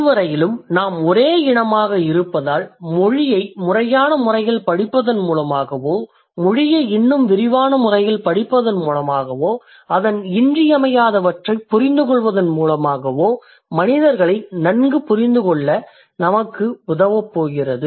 இதுவரையிலும் நாம் ஒரே இனமாக இருப்பதால் மொழியை முறையான முறையில் படிப்பதன் மூலமாகவோ மொழியை இன்னும் விரிவான முறையில் படிப்பதன் மூலமாகவோ அதன் இன்றியமையாதவற்றைப் புரிந்துகொள்வதன் மூலமாகவோ மனிதர்களை நன்கு புரிந்துகொள்ள நமக்கு உதவப் போகிறது